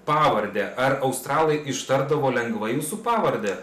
pavardę ar australai ištardavo lengvai jūsų pavardę